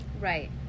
Right